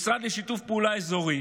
משרד לשיתוף פעולה אזורי,